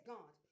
God